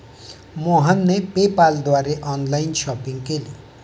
मोहनने पेपाल द्वारे online shopping केली